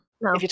No